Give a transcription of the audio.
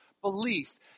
belief